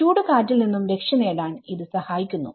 ചൂട്കാറ്റിൽ നിന്നും രക്ഷ നേടാൻ ഇത് സഹായിക്കുന്നു